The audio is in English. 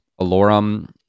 Alorum